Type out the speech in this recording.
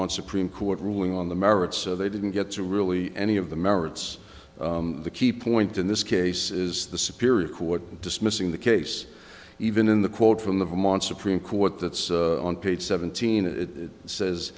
one supreme court ruling on the merits they didn't get to really any of the merits the key point in this case is the superior court dismissing the case even in the quote from the home on supreme court that's on page seventeen it says